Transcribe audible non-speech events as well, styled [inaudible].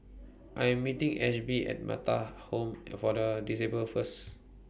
I Am meeting Ashby At Metta [noise] Home For The Disabled First